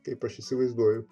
kaip aš įsivaizduoju